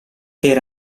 per